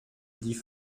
die